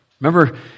Remember